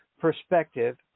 perspective